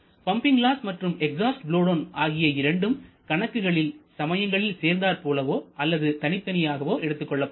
pumping loss மற்றும் exhaust blow down ஆகிய இரண்டும் கணக்குகளில் சமயங்களில் சேர்ந்தாற்போலவோ அல்லது தனித்தனியாகவோ எடுத்துக்கொள்ளப்படும்